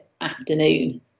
afternoon